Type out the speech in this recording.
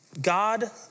God